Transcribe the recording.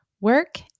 Work